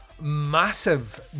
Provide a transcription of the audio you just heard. massive